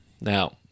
Now